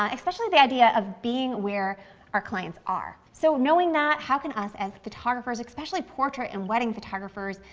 um especially the idea of being where our clients are. so, knowing that, how can us as photographers, especially portrait and wedding photographers,